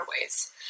ways